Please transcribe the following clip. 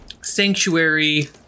sanctuary